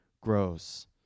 grows